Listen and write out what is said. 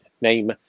name